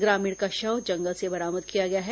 ग्रामीण का शव जंगल से बरामद किया गया है